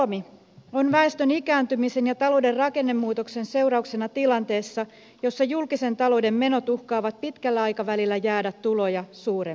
suomi on väestön ikääntymisen ja talouden rakennemuutoksen seurauksena tilanteessa jossa julkisen talouden menot uhkaavat pitkällä aikavälillä jäädä tuloja suuremmiksi